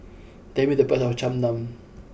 tell me the price of Cham Cham